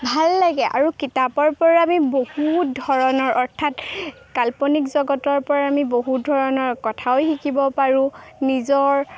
ভাল লাগে আৰু কিতাপৰপৰা আমি বহুত ধৰণৰ অৰ্থাৎ কাল্পনিক জগতৰপৰা আমি বহুত ধৰণৰ কথাও শিকিব পাৰোঁ নিজৰ